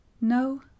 No